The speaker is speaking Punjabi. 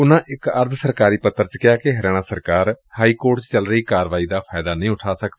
ਉਨੂਾ ਇਕ ਅਰਧ ਸਰਕਾਰੀ ਪੱਤਰ ਵਿਚ ਕਿਹਾ ਕਿ ਹਰਿਆਣਾ ਸਰਕਾਰ ਹਾਈਕੋਰਟ ਵਿਚ ਚੱਲ ਰਹੀ ਕਾਰਵਾਈ ਦਾ ਫਾਇਦਾ ਨਹੀਂ ਉਠਾ ਸਕਦੀ